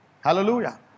Hallelujah